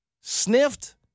sniffed